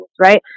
right